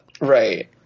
Right